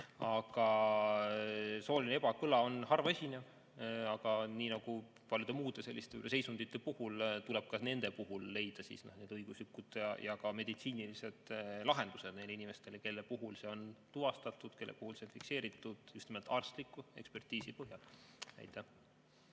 Sooline ebakõla on harva esinev. Aga nii nagu paljude muude selliste seisundite puhul tuleb ka selle puhul leida õiguslikud ja ka meditsiinilised lahendused neile inimestele, kellel see on tuvastatud, kellel see on fikseeritud just nimelt arstliku ekspertiisi põhjal. Aitäh!